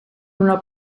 una